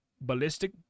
Ballistic